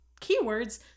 keywords